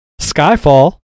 Skyfall